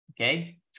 okay